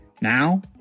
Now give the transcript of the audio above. Now